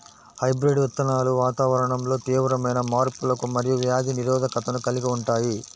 hybrid విత్తనాలు వాతావరణంలో తీవ్రమైన మార్పులకు మరియు వ్యాధి నిరోధకతను కలిగి ఉంటాయి